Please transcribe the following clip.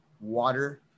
water